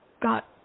got